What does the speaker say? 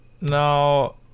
Now